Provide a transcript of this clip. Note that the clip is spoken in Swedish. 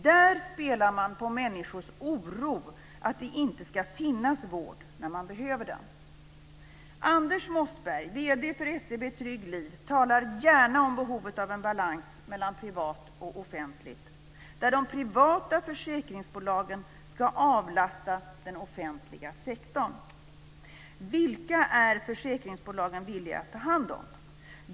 Där spelar man på människors oro att det inte ska finnas vård när de behöver den. Anders Mossberg, vd för SEB Trygg Liv, talar gärna om behovet av en balans mellan privat och offentligt, där de privata försäkringsbolagen ska avlasta den offentliga sektorn. Vilka är försäkringsbolagen villiga att ta hand om?